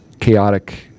chaotic